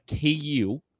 KU